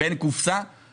זה מאוד תלוי בכמות הניקוטין.